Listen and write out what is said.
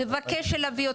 הוא מבקש להביא אותם.